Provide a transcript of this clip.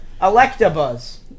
Electabuzz